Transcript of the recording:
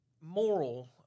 moral